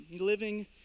living